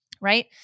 right